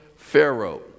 Pharaoh